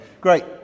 Great